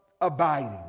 abiding